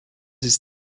ist